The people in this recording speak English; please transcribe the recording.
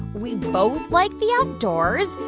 we both like the outdoors.